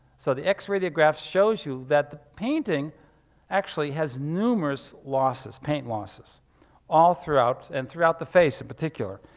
so the x-radiograph shows you that the painting actually has numerous losses, paint losses all throughout and throughout the face in particular.